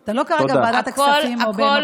אתה כרגע לא בוועדת הכספים או במקום אחר.